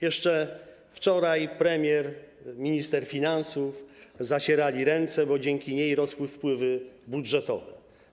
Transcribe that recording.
Jeszcze wczoraj premier i minister finansów zacierali ręce, bo dzięki niej rosły wpływy budżetowe.